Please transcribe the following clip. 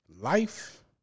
Life